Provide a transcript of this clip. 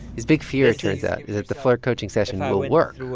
his big fear, it turns out, is that the flirt coaching session will work,